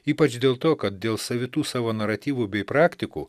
ypač dėl to kad dėl savitų savo naratyvų bei praktikų